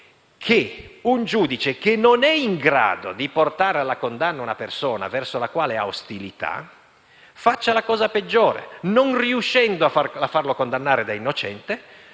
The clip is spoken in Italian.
che un giudice che non sia in grado di portare alla condanna una persona verso la quale ha ostilità, faccia la cosa peggiore: pur conoscendo la sua innocenza,